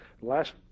last